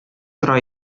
тора